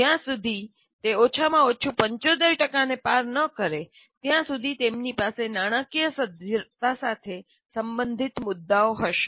જ્યાં સુધી તે ઓછામાં ઓછું 75 ને પાર ન કરે ત્યાં સુધી તેમની પાસે નાણાકીય સદ્ધરતા સાથે સંબંધિત મુદ્દાઓ હશે